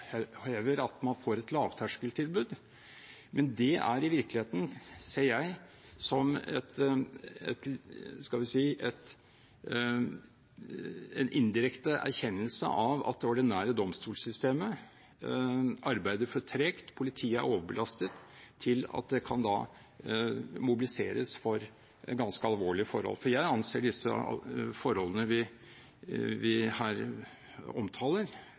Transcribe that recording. at man får et lavterskeltilbud. Men det er i virkeligheten, ser jeg det som, en indirekte erkjennelse av at det ordinære domstolsystemet arbeider for tregt – politiet er for overbelastet til at det kan mobiliseres for ganske alvorlige forhold. Jeg anser at de forholdene vi her omtaler,